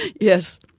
Yes